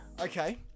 Okay